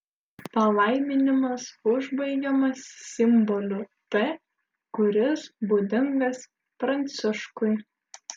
palaiminimas užbaigiamas simboliu t kuris būdingas pranciškui